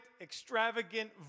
extravagant